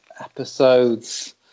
episodes